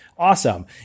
awesome